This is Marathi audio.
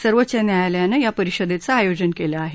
सर्वोच्च न्यायालयानं या परिषदेचं आयोजन केलं आहे